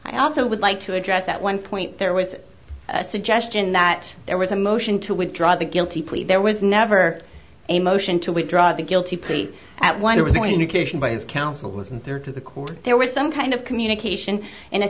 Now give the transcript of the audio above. i also would like to address that one point there was a suggestion that there was a motion to withdraw the guilty plea there was never a motion to withdraw the guilty plea at one with an indication by his counsel was in there to the court there was some kind of communication in a